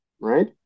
right